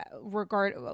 regard